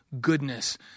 Goodness